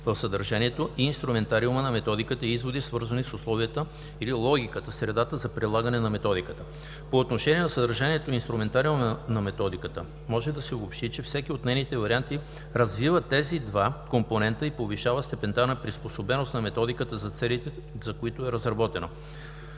в съдържанието и инструментариума на методиката, и изводи, свързани с условията или логиката, средата за прилагане на методиката. По отношение на съдържанието и инструментариума на методиката може да се обобщи, че всеки от нейните варианти развива тези два компонента и повишава степента на приспособеност на методиката за целите, за които е разработена.